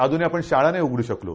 अजूनही आपण शाळा नाही उघड्र शकलो